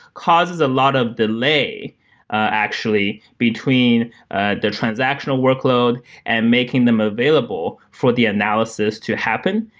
causes a lot of delay actually between ah the transactional workload and making them available for the analysis to happen.